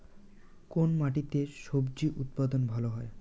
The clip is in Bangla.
কোন মাটিতে স্বজি উৎপাদন ভালো হয়?